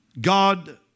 God